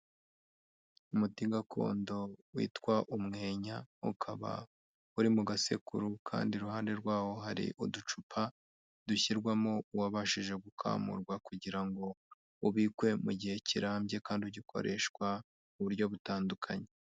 Umuti gakondo witwa umwenya, ukaba uri mu gasekuru kandi iruhande rwawo hari uducupa dushyirwamo uwababashije gukamurwa kugira ngo ubikwe mu gihe kirambye kandi ujye ukoreshwa mu buryo butandukanye.